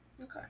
Okay